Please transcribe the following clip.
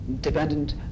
dependent